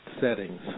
settings